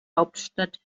hauptstadt